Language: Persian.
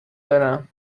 دارم